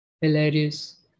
Hilarious